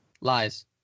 Lies